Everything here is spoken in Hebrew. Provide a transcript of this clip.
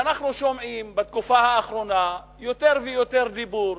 שאנחנו שומעים בתקופה האחרונה יותר ויותר דיבור,